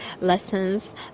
lessons